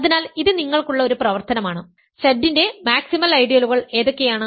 അതിനാൽ ഇത് നിങ്ങൾക്കുള്ള ഒരു പ്രവർത്തനമാണ് Z ന്റെ മാക്സിമൽ ഐഡിയലുകൾ ഏതൊക്കെയാണ്